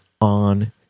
on